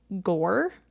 gore